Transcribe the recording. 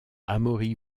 amaury